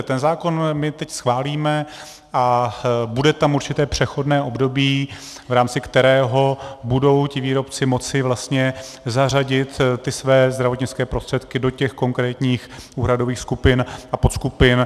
Ten zákon my teď schválíme a bude tam určité přechodné období, v rámci kterého budou výrobci vlastně moci zařadit své zdravotnické prostředky do konkrétních úhradových skupin a podskupin.